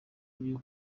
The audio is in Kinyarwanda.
byo